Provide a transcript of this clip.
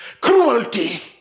Cruelty